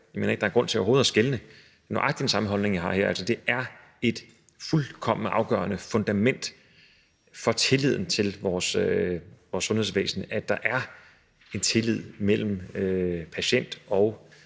overhovedet at skelne. Det er nøjagtig den samme holdning, jeg har her. Det er et fuldkommen afgørende fundament for tilliden til vores sundhedsvæsen, at der er en tillid mellem patient og